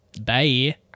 Bye